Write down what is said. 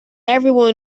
everyone